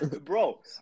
Bro